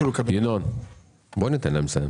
ינון, בוא ניתן להם לסיים.